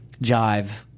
Jive